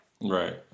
right